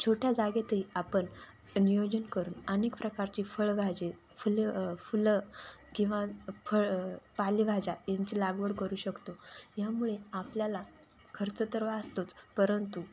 छोट्या जागेतही आपण नियोजन करून अनेक प्रकारचे फळभाजी फुलं फुलं किंवा फळ पालेभाज्या यांची लागवड करू शकतो यामुळे आपल्याला खर्च तर वाचतोच परंतु